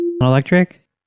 Electric